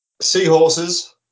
seahorses